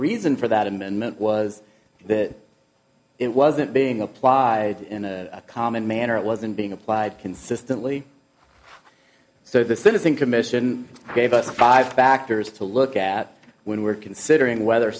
reason for that amendment was that it wasn't being applied in a common manner it wasn't being applied consistently so the citizen commission gave us five factors to look at when we're considering whether